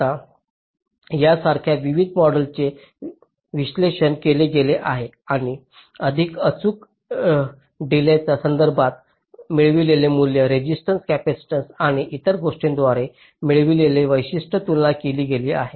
आता यासारख्या विविध मॉडेल्सचे विश्लेषण केले गेले आहे आणि अधिक अचूक डीलेयाच्या संदर्भात मिळविलेले मूल्य रेसिस्टन्स कपॅसिटन्स आणि इतर गोष्टींद्वारे मिळविलेले वैशिष्ट्य तुलना केली गेली आहे